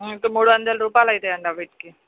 మూడు వందలు రూపాయలు అవుతాయండి ఆ వీటికి